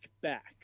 back